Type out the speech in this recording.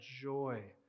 joy